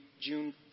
June